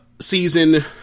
season